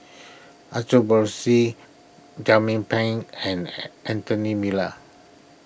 Pang and Anthony Miller